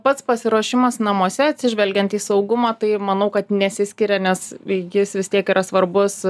pats pasiruošimas namuose atsižvelgiant į saugumą tai manau kad nesiskiria nes jis vis tiek yra svarbus